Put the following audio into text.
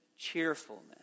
cheerfulness